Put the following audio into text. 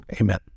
Amen